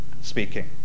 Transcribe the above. speaking